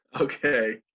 Okay